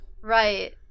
Right